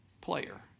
player